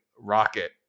rocket